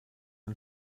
ein